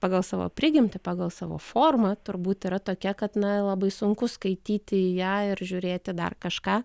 pagal savo prigimtį pagal savo formą turbūt yra tokia kad labai sunku skaityti ją ir žiūrėti dar kažką